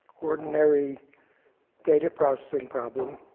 ordinary data-processing problem,